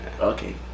Okay